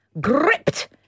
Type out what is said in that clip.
gripped